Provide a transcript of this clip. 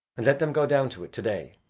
and let them go down to it to-day,